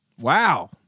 Wow